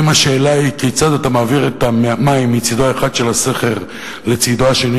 אם השאלה היא כיצד אתה מעביר את המים מצדו האחד של הסכר לצדו השני,